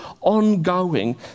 ongoing